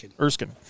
Erskine